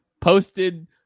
Posted